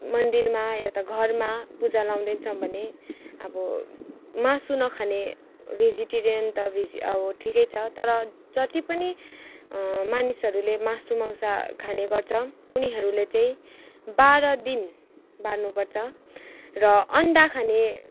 मन्दिरमा या त घरमा पुजा लाउँदैछौँ भने अब मासु नखाने भेजिटेरियन त भेजे अब ठिकै छ तर जति पनि मानिसहरूले मासु मङ्स खाने गर्छ उनीहरूले चाहिँ बाह्र दिन बार्नुपर्छ र अन्डा खाने